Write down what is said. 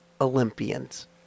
Olympians